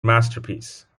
masterpiece